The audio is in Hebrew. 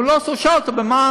הוא שאל אותו: מה,